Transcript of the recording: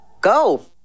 Go